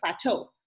plateau